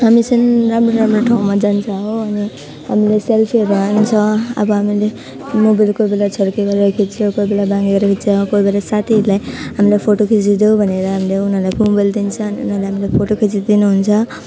हामी चाहिँ राम्रो राम्रो ठाउँमा जान्छ हो अनि हामीले सेल्फीहरू हान्छ अब हामीले मोबाइल कोही बेला छड्के गरेर खिच्यो कोही बेला बाङ्गो गरेर खिच्छ साथीहरूले हामीलाई फोटो खिचिदेऊ भनेर हामीले उनीहरूलाई मोबाइल दिन्छ अनि उनीहरूले हाम्रो फोटो खिचिदिनुहुन्छ